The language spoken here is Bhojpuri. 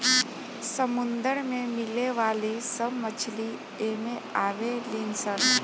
समुंदर में मिले वाली सब मछली एमे आवे ली सन